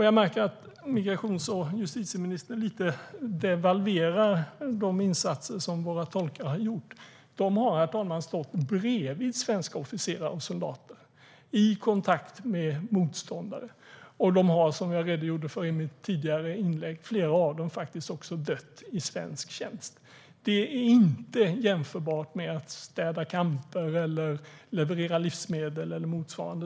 Jag märker att justitie och migrationsministern lite grann devalverar de insatser som våra tolkar har gjort. De har, herr talman, stått bredvid svenska officerare och soldater i kontakt med motståndare, och flera av dem har, som jag redogjorde för i mitt tidigare inlägg, faktiskt också dött i svensk tjänst. Det är inte jämförbart med att städa camper, leverera livsmedel eller motsvarande.